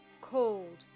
cold